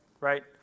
right